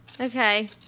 Okay